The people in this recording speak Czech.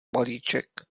balíček